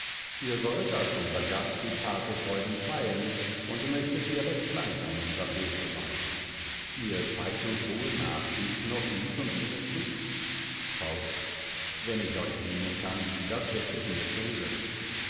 ihr sollt als unser gast die tafelfreuden theilen und möchtet ihr recht lang an unserm hofe weilen ihr zeigt uns wohl nach tisch noch dieß und jenes stück faust wenn ich euch dienen kann das schätz ich mir zum glück